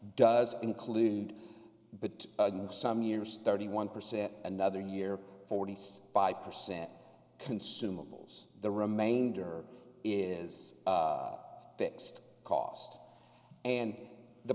does include the some years thirty one percent another year forty five percent consumables the remainder is fixed cost and the